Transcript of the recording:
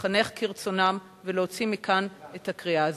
ולהתחנך כרצונם ולהוציא מכאן את הקריאה הזאת.